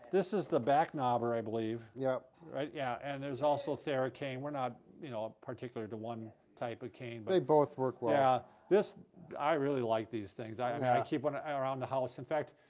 this is the backnobber, i believe. yep yeah and there's also theracane we're not you know ah particular to one type of cane they both work well ah this i really like these things. i and i keep on ah around the house. in fact,